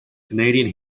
canadian